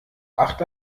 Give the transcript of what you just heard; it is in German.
acht